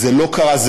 זה לא קרה,